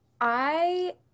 I-